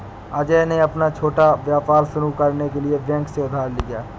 अजय ने अपना छोटा व्यापार शुरू करने के लिए बैंक से उधार लिया